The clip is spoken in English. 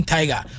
Tiger